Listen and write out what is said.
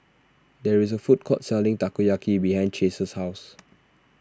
there is a food court selling Takoyaki behind Chace's house